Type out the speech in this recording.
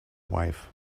wife